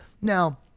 Now